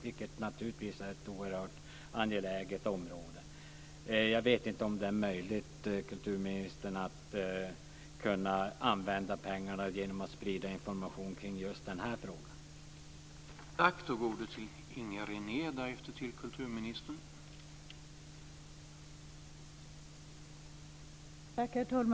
Det är naturligtvis ett oerhört angeläget område. Jag vet inte om det är möjligt att använda pengarna till att sprida information om just den här frågan, kulturministern.